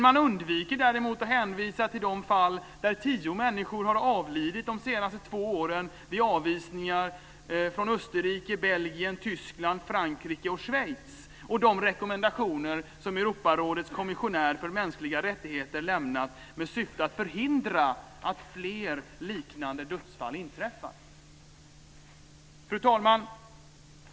Man undviker däremot att hänvisa till de fall där tio människor har avlidit de senaste två åren vid avvisningar från Österrike, Belgien, Tyskland, Frankrike och Schweiz och de rekommendationer som Europarådets kommissionär för mänskliga rättigheter lämnat med syfte att förhindra att fler liknande dödsfall inträffar. Fru talman!